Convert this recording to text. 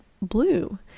blue